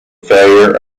failure